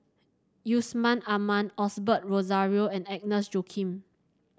Yusman Aman Osbert Rozario and Agnes Joaquim